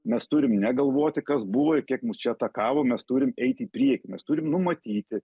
mes turim negalvoti kas buvo ir kiek mus čia atakavo mes turim eit į priekį mes turim numatyti